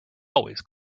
always